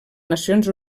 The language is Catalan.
nacions